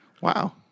Wow